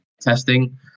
testing